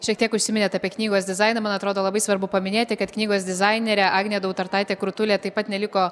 šiek tiek užsiminėt apie knygos dizainą man atrodo labai svarbu paminėti kad knygos dizainerė agnė dautartaitė krutulė taip pat neliko